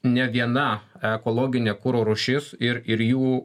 ne viena ekologinė kuro rūšis ir ir jų